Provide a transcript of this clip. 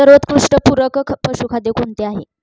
सर्वोत्कृष्ट पूरक पशुखाद्य कोणते आहे?